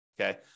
Okay